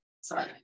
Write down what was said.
Sorry